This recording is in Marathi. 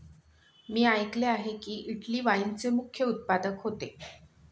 मी ऐकले आहे की, इटली वाईनचे मुख्य उत्पादक होते